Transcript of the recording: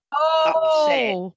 upset